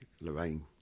Lorraine